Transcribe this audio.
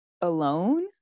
alone